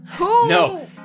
No